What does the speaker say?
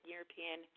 European